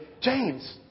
James